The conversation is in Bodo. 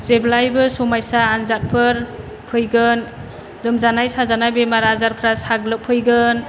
जेब्लायबो समायसा आनजादफोर फैगोन लोमजानाय साजानाय बेमार आजारफ्रा साग्लोब फैगोन